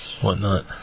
whatnot